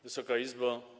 Wysoka Izbo!